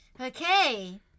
Okay